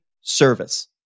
service